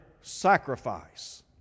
sacrifice